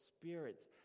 spirits